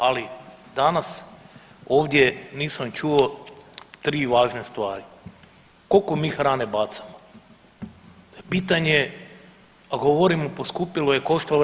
Ali danas ovdje nisam čuo tri važne stvari koliko mi hrane bacamo to je pitanje, a govorimo poskupilo je, koštalo je.